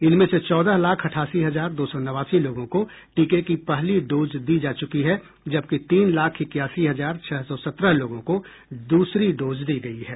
इनमें से चौदह लाख अठासी हजार दो सौ नवासी लोगों को टीके की पहली डोज दी जा चुकी है जबकि तीन लाख इक्यासी हजार छह सौ सत्रह लोगों को दूसरी डोज दी गयी है